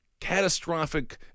catastrophic